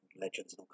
legends